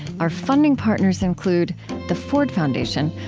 our funding partners include the ford foundation,